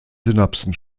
synapsen